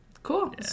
Cool